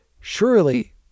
surely